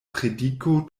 prediko